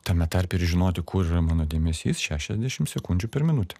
tame tarpe ir žinoti kur yra mano dėmesys šešiasdešim sekundžių per minutę